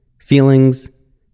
feelings